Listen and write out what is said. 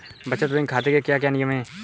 बचत बैंक खाते के क्या क्या नियम हैं?